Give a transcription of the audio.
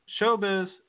showbiz